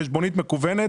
חשבונית מקוונת,